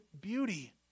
beauty